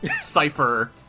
cipher